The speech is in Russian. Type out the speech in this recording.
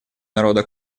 народа